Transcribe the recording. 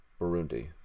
Burundi